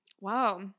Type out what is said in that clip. Wow